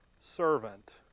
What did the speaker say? servant